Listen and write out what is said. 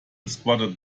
squatted